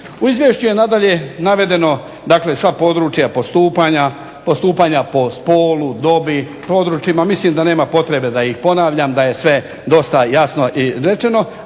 U izvješću je nadalje navedeno sva područja postupanja, postupanja po spolu, dobi, područjima mislim da nema potrebe da ih ponavljam da je sve dosta jasno rečeno.